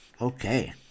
okay